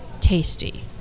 tasty